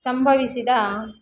ಸಂಭವಿಸಿದ